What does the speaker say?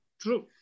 True